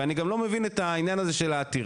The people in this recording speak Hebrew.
ואני גם לא מבין את העניין הזה של העתירה,